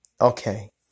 Okay